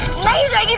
lazy